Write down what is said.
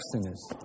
sinners